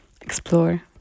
explore